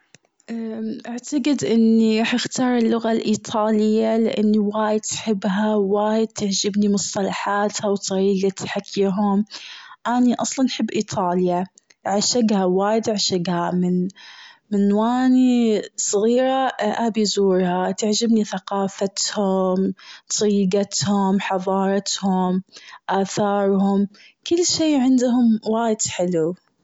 أمم أعتقد أني راح اختار اللغة الإيطالية لإني وايد أحبها وايد تعجبني مصطلحاتها وطريقة حكيهم، أني أصلاً أحب إيطاليا، أعشقها وايد أعشقها من من-من و أني صغيرة أبي أزورها، تعجبني ثقافتهم طريقتهم حظارتهم آثارهم كل شيء عندهم وايد حلو.